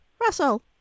Russell